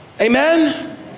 Amen